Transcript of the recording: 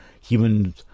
human